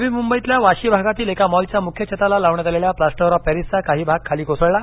नवी मुंबईतील वाशी भागातील एका मॉलच्या मुख्य छताला लावण्यात आलेल्या प्लास्टर ऑफ पॅरिसचा काही भाग काल खाली कोसळला